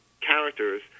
characters